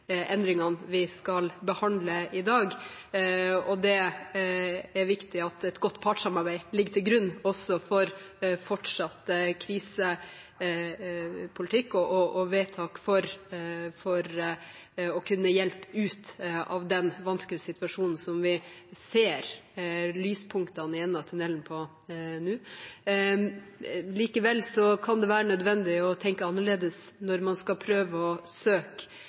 endringene vi skal behandle i dag. Det er viktig at et godt partssamarbeid ligger til grunn også for fortsatt krisepolitikk og vedtak for å kunne hjelpe folk ut av den vanskelige situasjonen, som vi ser lyspunktene i enden av tunnelen for nå. Likevel kan det være nødvendig å tenke annerledes når man skal prøve å søke